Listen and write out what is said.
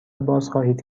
بازخواهید